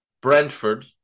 Brentford